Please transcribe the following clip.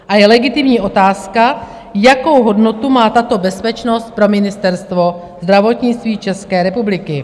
A je legitimní otázka, jakou hodnotu má tato bezpečnost pro Ministerstvo zdravotnictví České republiky.